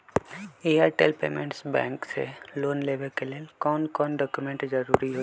Airtel payments bank से loan लेवे के ले कौन कौन डॉक्यूमेंट जरुरी होइ?